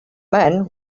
men